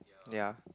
ya